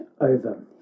over